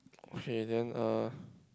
okay then uh